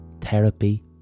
therapy